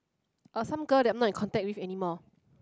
uh some girl that I'm not in contact with anymore